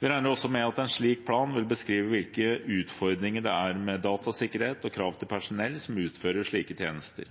Vi regner også med at en slik plan vil beskrive hvilke utfordringer det er med datasikkerhet og krav til personell som utfører slike tjenester.